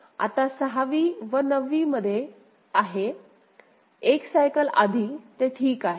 आता 6 व 9 वी मध्ये आहे एक सायकल आधी ते ठीक आहे